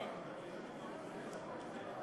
מילה על